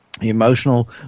emotional